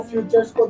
Futures